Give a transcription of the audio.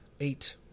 Eight